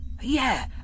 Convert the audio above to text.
Yeah